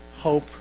hope